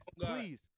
please